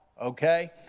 okay